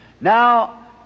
Now